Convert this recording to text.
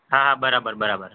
હાં બરાબર બરાબર